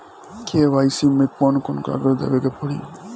KYC मे कौन कौन कागज देवे के पड़ी?